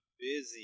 busy